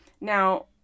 Now